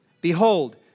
Behold